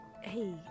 Hey